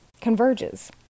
converges